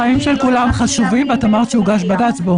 החיים של כולם חשובים, ואת אמרת שהוגש בג"ץ.